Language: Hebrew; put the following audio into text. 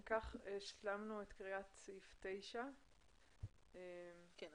השלמנו את קריאת סעיף 9. כן.